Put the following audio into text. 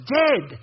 dead